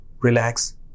relax